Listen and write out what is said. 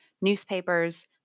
newspapers